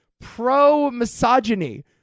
pro-misogyny